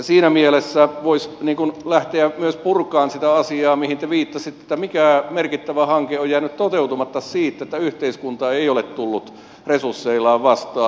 siinä mielessä voisi lähteä myös purkamaan sitä asiaa mihin te viittasitte mikä merkittävä hanke on jäänyt toteutumatta siitä että yhteiskunta ei ole tullut resursseillaan vastaan